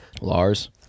Lars